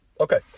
Okay